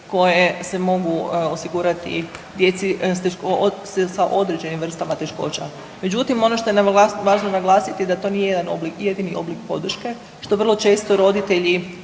koje se mogu osigurati djeci sa određenim vrstama teškoća. Međutim, ono što je važno naglasiti da to nije jedan, jedini oblik podrške što vrlo često roditelji